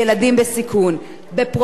שמכין חיילים לצבא.